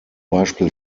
beispiel